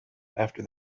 after